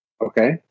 Okay